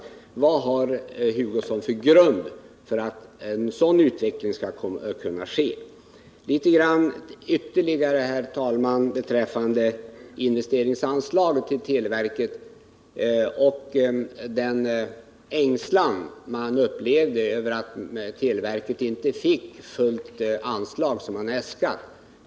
Vad har herr Hugosson för grund för ett påstående om att en sådan utveckling skall kunna äga rum? Ytterligare några ord, herr talman, beträffande televerkets investeringsanslag och den ängslan man upplevde över att televerket inte fullt ut fick det anslag som det hade äskat.